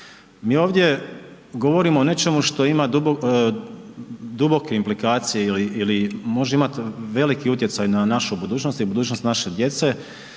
Mi ovdje govorimo o nečemu što ima duboke implikacije ili može imati veliki utjecaj na našu budućnost i budućnost naše djece,